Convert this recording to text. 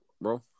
bro